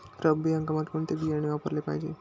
रब्बी हंगामात कोणते बियाणे वापरले पाहिजे?